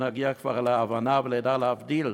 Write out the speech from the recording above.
שנגיע כבר להבנה ונדע להבדיל